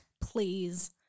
please